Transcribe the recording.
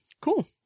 Cool